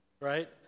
right